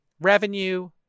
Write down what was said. Revenue